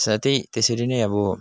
साथै त्यसरी नै अब